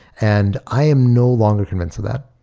and i am no longer convinced of that.